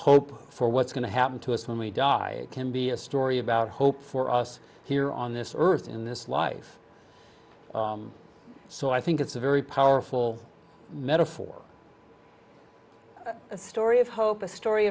hope for what's going to happen to us when we die can be a story about hope for us here on this earth in this life so i think it's a very powerful metaphor a story of hope a story